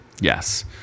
Yes